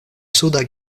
suda